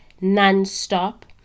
non-stop